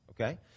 Okay